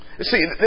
See